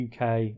UK